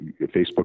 Facebook